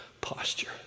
posture